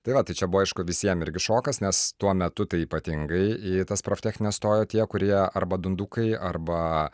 tai va tai čia buvo aišku visiem irgi šokas nes tuo metu tai ypatingai į tas proftechnines stojo tie kurie arba dundukai arba